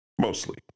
Mostly